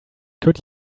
could